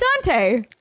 Dante